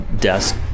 desk